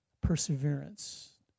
perseverance